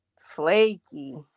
Flaky